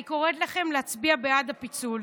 אני קוראת לכם להצביע בעד הפיצול.